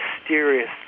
mysterious